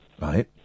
Right